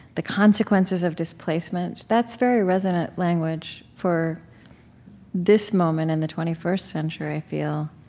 the consequences of displacement that's very resonant language for this moment in the twenty first century, i feel.